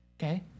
Okay